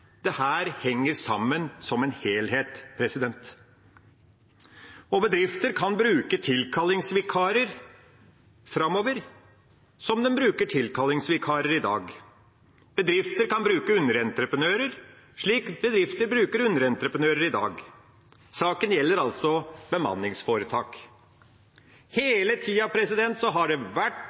det gjelder faste ansettelser. Dette henger sammen som en helhet. Bedrifter kan bruke tilkallingsvikarer framover, som den bruker tilkallingsvikarer i dag. Bedrifter kan bruke underentreprenører, slik bedrifter bruker underentreprenører i dag. Saken gjelder altså bemanningsforetak. Hele tida har det vært